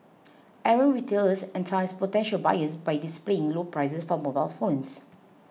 errant retailers entice potential buyers by displaying low prices for mobile phones